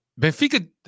Benfica